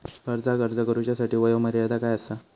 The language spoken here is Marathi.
कर्जाक अर्ज करुच्यासाठी वयोमर्यादा काय आसा?